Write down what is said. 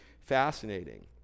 fascinating